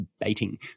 baiting